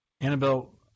Annabelle